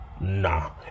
Nah